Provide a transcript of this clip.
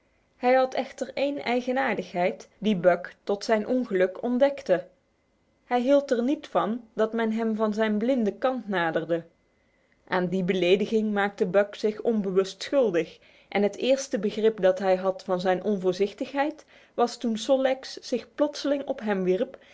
hij had echter één eigenaardigheid die buck tot zijn ongeluk ontdekte hij hield er niet van dat men hem van zijn blinde kant naderde aan die belediging maakte buck zich onbewust schuldig en het eerste begrip dat hij had van zijn onvoorzichtigheid was toen sol leks zich plotseling op hem wierp